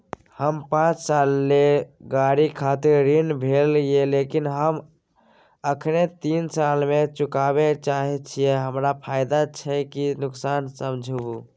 हमर पाँच साल ले गाड़ी खातिर ऋण भेल ये लेकिन हम अखने तीन साल में चुकाबे चाहे छियै हमरा फायदा छै की नुकसान समझाबू?